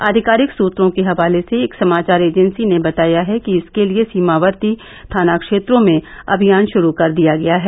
आधिकारिक सूत्रों के हवाले से एक समाचार एजेंसी ने बताया है कि इसके लिये सीमावर्ती थाना क्षेत्रो में अभियान षुरू कर दिया गया है